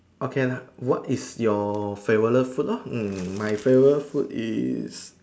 okay lah what is your favourite food lor my favourite food is